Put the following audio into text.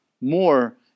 more